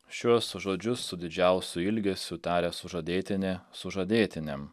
šiuos žodžius su didžiausiu ilgesiu taria sužadėtinė sužadėtiniam